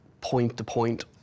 point-to-point